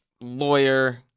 lawyer